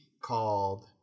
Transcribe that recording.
called